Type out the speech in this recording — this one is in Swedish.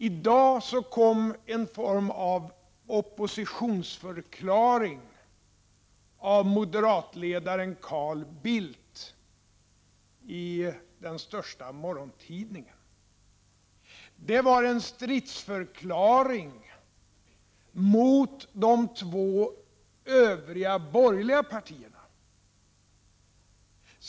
I dag kom i den största morgontidningen en sorts ”oppositionsförklaring” från moderatledaren Carl Bildt. Det var en stridsförklaring mot de två övriga borgerliga partierna.